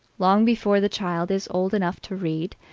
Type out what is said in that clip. long before the child is old enough to read,